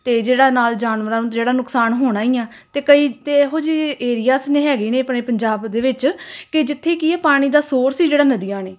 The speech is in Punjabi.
ਅਤੇ ਜਿਹੜਾ ਨਾਲ ਜਾਨਵਰਾਂ ਨੂੰ ਜਿਹੜਾ ਨੁਕਸਾਨ ਹੋਣਾ ਹੀ ਆ ਅਤੇ ਕਈ ਤਾਂ ਇਹੋ ਜਿਹੇ ਏਰੀਆਸ ਨੇ ਹੈਗੇ ਨੇ ਆਪਣੇ ਪੰਜਾਬ ਦੇ ਵਿੱਚ ਕਿ ਜਿੱਥੇ ਕਿ ਪਾਣੀ ਦਾ ਸੋਰਸ ਹੀ ਜਿਹੜਾ ਨਦੀਆਂ ਨੇ